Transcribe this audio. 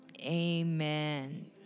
Amen